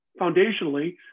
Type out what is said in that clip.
foundationally